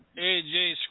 AJ